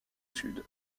sud